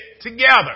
together